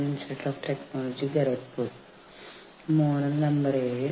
ഇനി നമ്മൾ labour relations process കൈകാര്യം ചെയ്യുക എന്ന വിഷയത്തിലേക്ക് കടക്കും